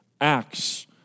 acts